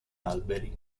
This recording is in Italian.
alberi